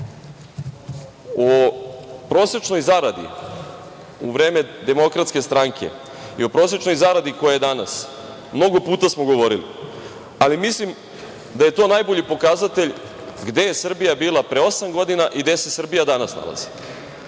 prosečnoj zaradi u vreme DS i o prosečnoj zaradi koja je danas, mnogo puta smo govorili, ali mislim da je to najbolji pokazatelj gde je Srbija bila pre osam godina i gde se Srbija danas nalazi.